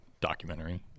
documentary